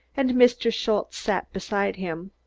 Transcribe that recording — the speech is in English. and mr. schultze sat beside him.